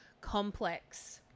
complex